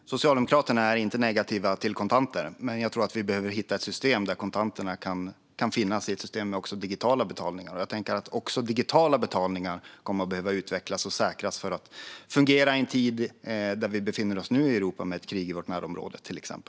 Fru talman! Socialdemokraterna är inte negativa till kontanter. Men jag tror att vi behöver hitta ett system där både kontanter och digitala betalningar kan finnas. Även digitala betalningar kommer att behöva utvecklas och säkras för att fungera, till exempel i den tid vi i Europa nu befinner oss i med ett krig i vårt närområde.